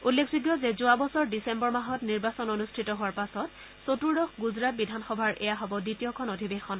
উল্লেখযোগ্য যে যোৱা বছৰ ডিচেম্বৰ মাহত নিৰ্বাচন অনুষ্ঠিত হোৱাৰ পাছত চতুৰ্দশ গুজৰাট বিধানসভাৰ এয়া হ'ব দ্বিতীয়খন অধিৱেশন